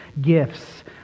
gifts